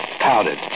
Powdered